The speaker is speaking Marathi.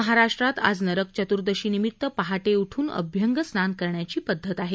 महाराष्ट्रात आज नरकचतूर्दशी निमित पहाटे उठून अभ्यंगस्नान करण्याची पद्धत आहे